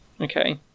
Okay